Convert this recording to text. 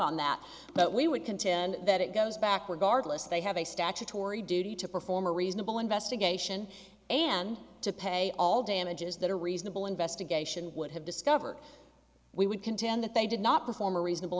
on that but we would contend that it goes backward guard less they have a statutory duty to perform a reasonable investigation and to pay all damages that are reasonable investigation would have discovered we would contend that they did not perform a reasonable